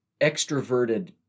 extroverted